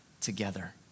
together